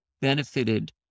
benefited